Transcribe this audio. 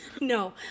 No